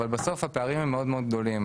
אבל בסוף הפערים הם מאוד מאוד גדולים.